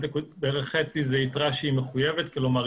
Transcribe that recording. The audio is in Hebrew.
בערך חצי זו יתרה מחויבת זאת אומרת,